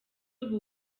ubu